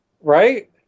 right